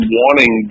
wanting